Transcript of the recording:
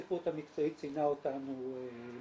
הספרות המקצועית ציינה אותנו לחיוב.